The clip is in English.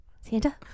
Santa